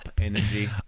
energy